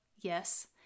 yes